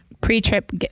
pre-trip